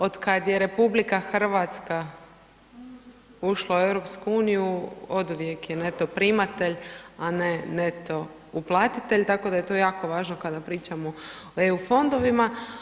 Od kad je RH ušla u EU oduvijek je neto primatelj, a ne neto uplatitelj, tako da je to jako važno kada pričamo o EU fondovima.